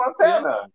Montana